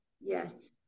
yes